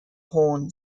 horn